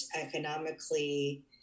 economically